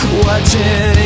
watching